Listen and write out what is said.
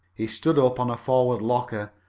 he stood up on a forward locker,